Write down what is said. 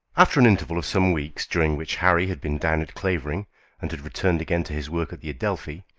after an interval of some weeks, during which harry had been down at clavering and had returned again to his work at the adelphi,